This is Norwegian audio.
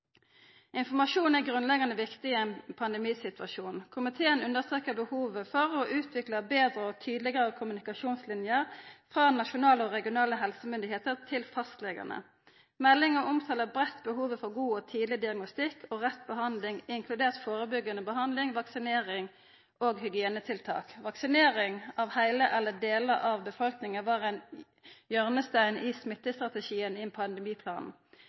Informasjon er grunnleggande viktig i ein pandemisituasjon. Komiteen understrekar behovet for å utvikla betre og tydelegare kommunikasjonslinjer frå nasjonale og regionale helsemyndigheiter til fastlegane. Meldinga omtalar breitt behovet for god og tidleg diagnostikk og rett behandling, inkludert førebyggande behandling, vaksinering og hygienetiltak. Vaksinering av heile eller delar av befolkninga var ein hjørnestein i smittestrategien i pandemiplanen.